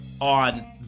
on